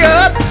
up